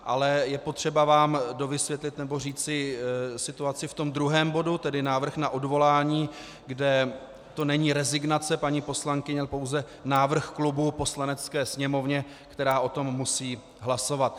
Ale je potřeba vám dovysvětlit nebo říci situaci v tom druhém bodu, tedy návrh na odvolání, kde to není rezignace paní poslankyně, ale pouze návrh klubu Poslanecké sněmovně, která o tom musí hlasovat.